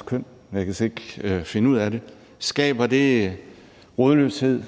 50-55 køn; jeg kan slet ikke finde ud af det. Skaber det rodløshed,